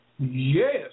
Yes